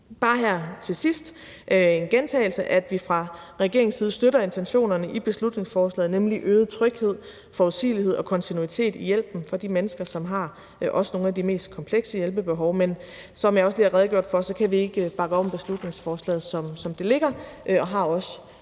Bare her til sidst en gentagelse af, at vi fra regeringens side støtter intentionerne i beslutningsforslaget, nemlig øget tryghed, forudsigelighed og kontinuitet i hjælpen også for de mennesker, som har nogle af de mest komplekse hjælpebehov, men som jeg også lige har redegjort for, kan vi ikke bakke op om beslutningsforslaget, som det foreligger,